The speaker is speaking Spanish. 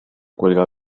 cuelga